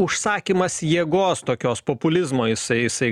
užsakymas jėgos tokios populizmo jisai jisai